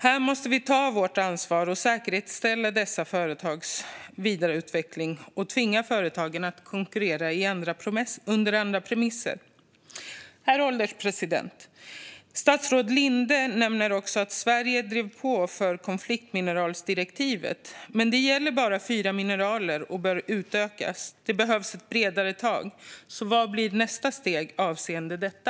Här måste vi ta vårt ansvar och säkerställa dessa företags vidare utveckling och tvinga företagen att konkurrera under andra premisser. Herr ålderspresident! Statsrådet Linde nämner också att Sverige drev på för konfliktmineralsdirektivet, men det gäller bara fyra mineraler och bör utökas. Det behövs ett bredare tag, så vad blir nästa steg avseende detta?